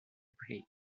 play